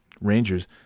Rangers